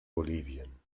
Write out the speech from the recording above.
bolivien